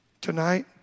Tonight